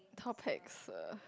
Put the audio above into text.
topics uh